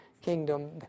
kingdom